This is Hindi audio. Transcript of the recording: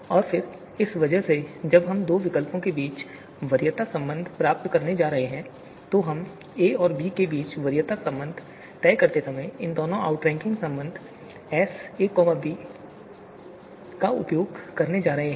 और फिर इस वजह से जब हम दो विकल्पों के बीच वरीयता संबंध प्राप्त करने जा रहे हैं तो हम ए और बी के बीच वरीयता तय करते समय इन दोनों आउटरैंकिंग संबंध एस बी ए का उपयोग करने जा रहे हैं